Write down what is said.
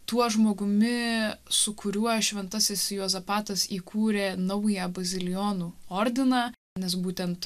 tuo žmogumi su kuriuo šventasis juozapatas įkūrė naują bazilijonų ordiną nes būtent